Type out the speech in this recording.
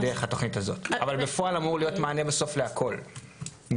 בפועל אמור להיות בסוף מענה להכול,